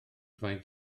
faint